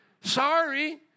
Sorry